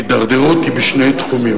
ההידרדרות היא בשני תחומים,